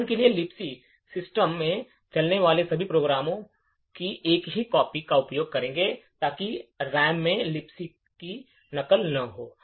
उदाहरण के लिए Libc सिस्टम में चलने वाले सभी प्रोग्राम Libc की एक ही कॉपी का उपयोग करेंगे ताकि RAM में Libc की नकल न हो